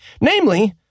Namely